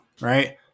right